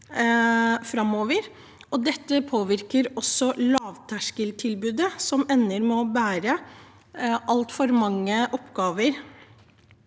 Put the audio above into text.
Dette påvirker lavterskeltilbudet, som ender med å bære altfor mange oppgaver,